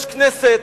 יש כנסת.